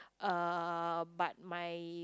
uh but my